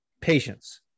patience